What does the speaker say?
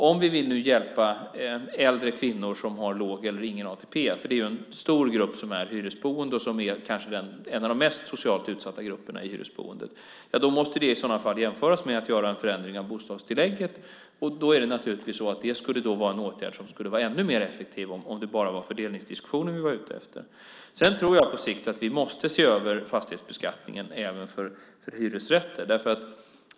Om vi vill hjälpa äldre kvinnor som har låg eller ingen ATP - det är en stor grupp som är hyresboende och en av de kanske mest socialt utsatta grupperna i hyresboendet - måste det i så fall jämföras med att göra en förändrig av bostadstillägget. Det skulle naturligtvis vara en åtgärd som skulle vara ännu mer effektiv om det bara var fördelningsdiskussionen vi var ute efter. Jag tror att vi på sikt måste se över fastighetsbeskattningen även för hyresrätter.